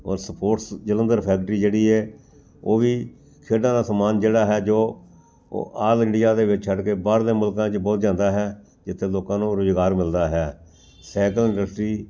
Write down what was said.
ਔਰ sports Jalandhar factory ਜਿਹੜੀ ਹੈ ਉਹ ਵੀ ਖੇਡਾਂ ਦਾ ਸਮਾਨ ਜਿਹੜਾ ਹੈ ਜੋ ਉ ਆਲ ਇੰਡੀਆ ਦੇ ਵਿੱਚ ਛੱਡ ਕੇ ਬਾਹਰ ਦੇ ਮੁਲਕਾਂ 'ਚ ਬਹੁਤ ਜਾਂਦਾ ਹੈ ਜਿੱਥੇ ਲੋਕਾਂ ਨੂੰ ਰੁਜ਼ਗਾਰ ਮਿਲਦਾ ਹੈ ਸਾਈਕਲ ਇੰਡਸਟਰੀ